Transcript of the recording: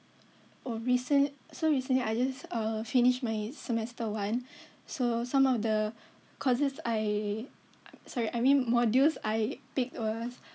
oh recent~ so recently I just uh finish my semester one so some of the courses I sorry I mean modules I picked was